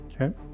Okay